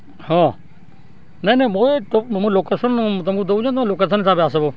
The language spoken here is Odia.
ହଁ ନାଇଁ ନାଇଁ ମୋ ତ ମୋ ଲୋକେସନ ମୁଁ ତମକୁ ଦଉଛନ୍ ତମେ ଲୋକେସନ ହିସାବେ ଆସିବୋ